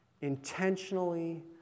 Intentionally